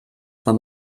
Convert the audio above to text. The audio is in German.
vor